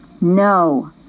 No